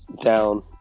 down